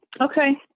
Okay